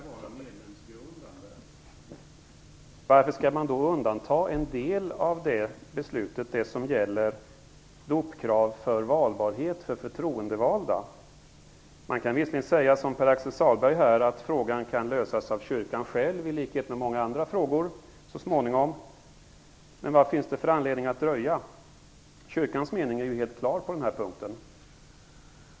Varför skall man då undanta en del av det beslutet, det som gäller dopkrav för valbarhet för förtroendevalda? Man kan visserligen säga, som Pär-Axel Sahlberg, att frågan kan lösas av kyrkan själv så småningom, i likhet med många andra frågor. Men vilken anledning finns det att dröja? Kyrkans mening är ju helt klar på den här punkten.